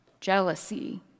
jealousy